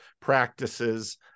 practices